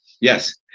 Yes